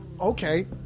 Okay